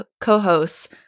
co-hosts